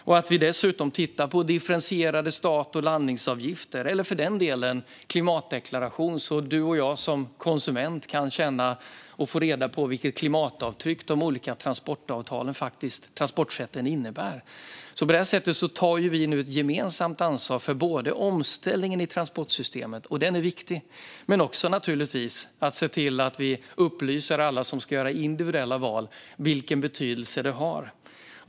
Vi tittar dessutom på differentierade start och landningsavgifter och klimatdeklaration, så att du och jag som konsumenter kan få reda på vilket klimatavtryck de olika transportsätten innebär. På detta sätt tar vi nu ett gemensamt ansvar både för omställningen i transportsystemet - den är viktig - och, naturligtvis, för att se till att vi upplyser alla som ska göra individuella val om vilken betydelse de har.